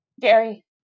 Gary